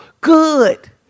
Good